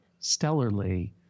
stellarly